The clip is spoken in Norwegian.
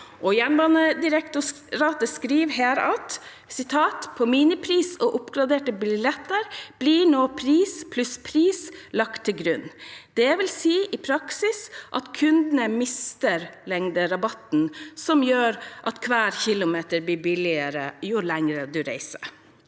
Jernbanedirektoratet skriver videre at «på minipris og oppgraderte billetter blir nå pris + pris lagt til grunn. Det vil i praksis si at kundene mister ‘lengde-rabatten’ som gjør at hver km blir billigere jo lenger du reiser».